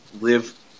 live